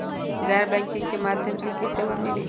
गैर बैंकिंग के माध्यम से की की सेवा मिली?